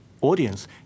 audience